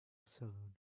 saloon